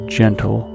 gentle